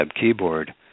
keyboard